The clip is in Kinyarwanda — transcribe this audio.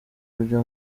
kujya